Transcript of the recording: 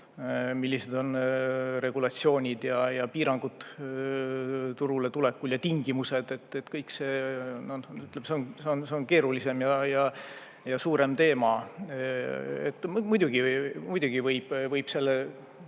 millised on regulatsioonid ja piirangud turule tulekul ja tingimused selleks. Kõik see on keerulisem ja suurem teema. Muidugi võiks